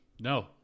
No